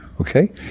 Okay